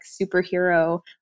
superhero